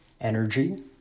energy